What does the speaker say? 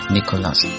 Nicholas